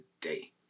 day